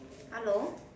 hello